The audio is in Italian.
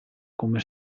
come